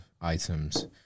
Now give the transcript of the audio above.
items